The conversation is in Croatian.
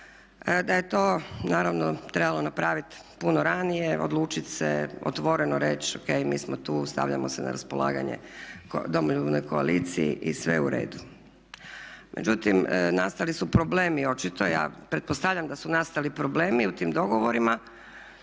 da je to naravno trebalo napraviti puno ranije, odlučiti se, otvoreno reći O.K, mi smo tu, stavljamo se na raspolaganje Domoljubnoj koaliciji i sve je u redu. Međutim, nastali su problemi očito, ja pretpostavljam da su nastali problemi u tim dogovorima